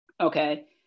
okay